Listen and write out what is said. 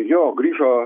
jo grįžo